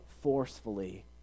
forcefully